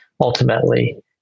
ultimately